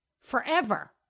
forever